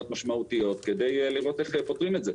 משמעותיות על מנת לראות איך פותרים את זה.